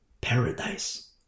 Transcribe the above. paradise